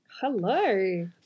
Hello